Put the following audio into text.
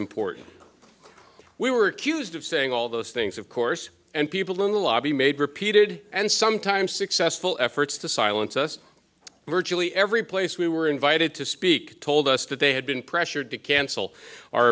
important we were accused of saying all those things of course and people in the lobby made repeated and sometimes successful efforts to silence us virtually every place we were invited to speak told us that they had been pressured to cancel our